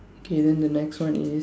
K then the next one is